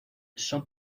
son